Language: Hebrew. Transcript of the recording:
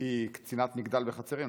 היא קצינת מגדל בחצרים,